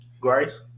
Grace